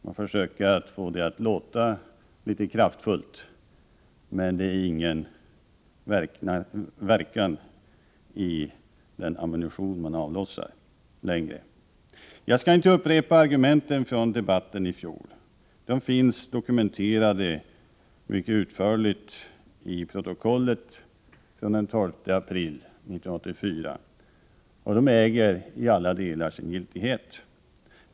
De försöker att få det att låta kraftfullt, men det är ingen verkan i den ammunition som de avlossar. Jag skall inte upprepa argumenten från debatten i fjol. De finns mycket utförligt dokumenterade i protokollet från den 12 april 1984, och de äger — i alla delar — giltighet.